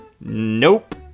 Nope